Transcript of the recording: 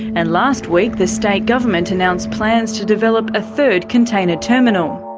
and last week the state government announced plans to develop a third container terminal.